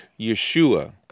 Yeshua